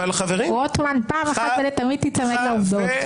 רוטמן, אחת ולתמיד תיצמד לעובדות.